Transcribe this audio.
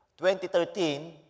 2013